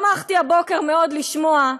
שמחתי הבוקר מאוד לשמוע,